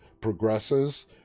progresses